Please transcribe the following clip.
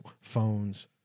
phones